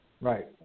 Right